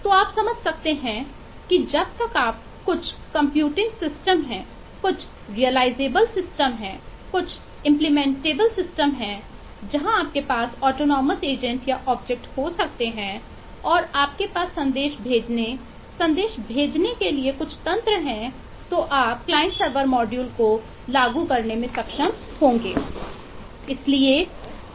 तो आप समझ सकते हैं कि जब तक आप कुछ कंप्यूटिंग सिस्टम को लागू करने में सक्षम होंगे